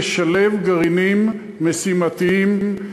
לשלב גרעינים משימתיים.